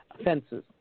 offenses